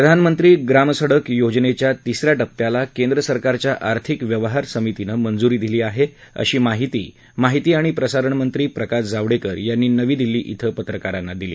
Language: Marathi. प्रधानमंत्री ग्रामसडक योजनेच्या तिस या टप्प्याला केंद्रसरकारच्या आर्थिक व्यवहार समितीनं मंजूरी दिली आहे अशी माहिती माहिती आणि प्रसारणमंत्री प्रकाश जावडेकर यांनी नवी दिल्ली इथं पत्रकारांना दिली